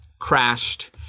crashed